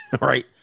Right